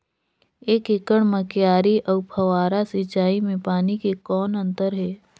एक एकड़ म क्यारी अउ फव्वारा सिंचाई मे पानी के कौन अंतर हे?